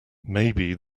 maybe